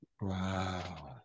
Wow